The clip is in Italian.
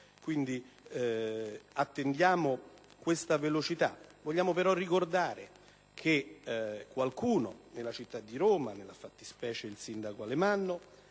un intervento veloce. Vogliamo però ricordare che qualcuno nella città di Roma, nella fattispecie il sindaco Alemanno,